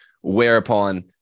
whereupon